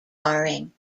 barring